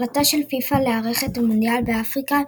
ההחלטה של פיפ"א לארח את המונדיאל באפריקה,